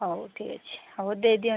ହଉ ଠିକ ଅଛି ହଉ ଦେଇଦିଅନ୍ତୁ